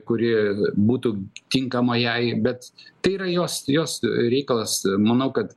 kuri būtų tinkama jai bet tai yra jos jos reikalas manau kad